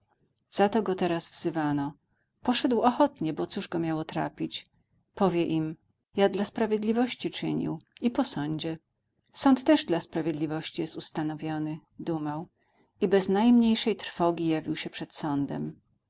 go teraz wzywano poszedł ochotnie bo cóż go miało trapić powie im ja dla sprawiedliwości czynił i po sądzie sąd też dla sprawiedliwości jest ustanowiony dumał i bez najmniejszej trwogi jawił się przed sądem